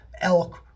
elk